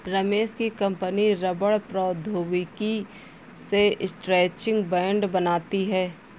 रमेश की कंपनी रबड़ प्रौद्योगिकी से स्ट्रैचिंग बैंड बनाती है